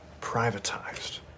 privatized